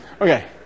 Okay